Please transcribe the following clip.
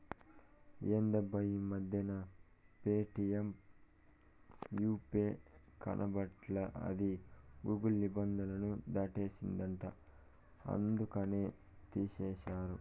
ఎందబ్బా ఈ మధ్యన ప్యేటియం యాపే కనబడట్లా అది గూగుల్ నిబంధనలు దాటేసిందంట అందుకనే తీసేశారు